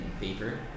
paper